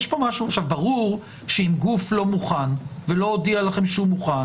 ברור שאם גוף לא מוכן ולא הודיע לכם שהוא מוכן,